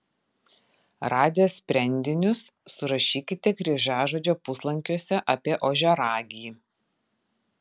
radę sprendinius surašykite kryžiažodžio puslankiuose apie ožiaragį